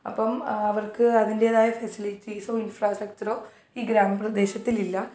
അപ്പം അവർക്ക് അതിൻറ്റേതായ ഫെസിലിറ്റീസൊ ഇൻഫ്രാസ്ട്രക്ടറൊ ഈ ഗ്രാമപ്രദേശത്തിലില്ല